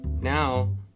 now